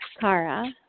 Kara